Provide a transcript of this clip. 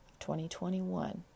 2021